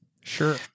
Sure